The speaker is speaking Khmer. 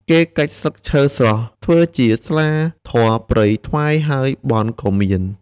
គេកាច់ស្លឹកឈើស្រស់ធ្វើជាស្លាធម៌ព្រៃថ្វាយហើយបន់ក៏មាន